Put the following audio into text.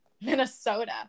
Minnesota